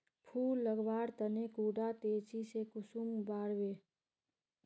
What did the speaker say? फुल लगवार तने कुंडा तेजी से कुंसम बार वे?